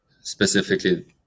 specifically